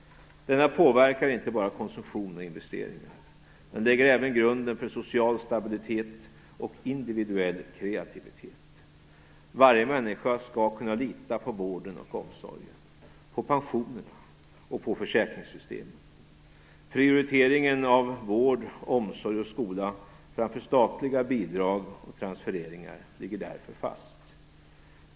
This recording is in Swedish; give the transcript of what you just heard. Denna påverkar inte bara konsumtion och investeringar. Den lägger även grunden för social stabilitet och individuell kreativitet. Varje människa skall kunna lita på vården och omsorgen, på pensionerna och på försäkringssystemen. Prioriteringen av vård, omsorg och skola framför statliga bidrag och transfereringar ligger därför fast.